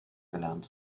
gelernt